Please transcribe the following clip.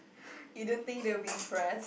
you don't think they'll be impressed